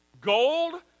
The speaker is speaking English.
Gold